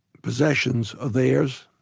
possessions are theirs,